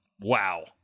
wow